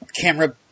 camera